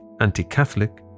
anti-Catholic